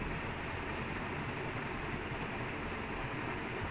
ya as in like with the A_C people lah